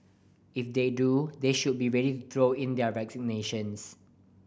if they do they should be ready throw in their resignations